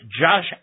Josh